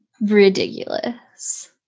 ridiculous